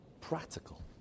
practical